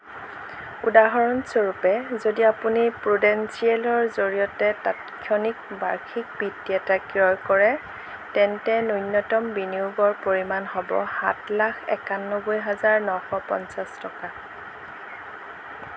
উদাহৰণস্বৰূপে যদি আপুনি প্ৰুডেন্সিয়েলৰ জৰিয়তে তাৎক্ষণিক বাৰ্ষিক বৃত্তি এটা ক্ৰয় কৰে তেন্তে নূন্যতম বিনিয়োগৰ পৰিমাণ হ'ব সাত লাখ একান্নব্বৈ হাজাৰ নশ পঞ্চাছ টকা